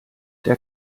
der